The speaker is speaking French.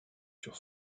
sur